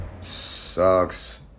sucks